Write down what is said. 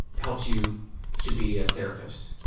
helps you to be a therapist?